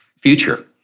future